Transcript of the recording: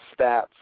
stats